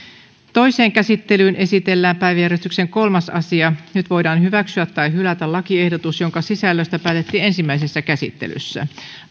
toiseen käsittelyyn esitellään päiväjärjestyksen kolmas asia nyt voidaan hyväksyä tai hylätä lakiehdotus jonka sisällöstä päätettiin ensimmäisessä käsittelyssä